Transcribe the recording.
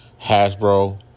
Hasbro